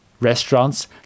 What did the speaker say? Restaurants